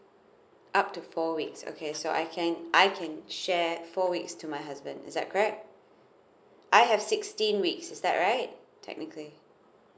up to four weeks okay so I can I can share four weeks to my husband is that correct I have sixteen weeks is that right technically